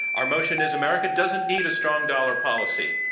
our motion is, america doesn't need a strong dollar policy.